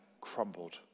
crumbled